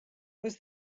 was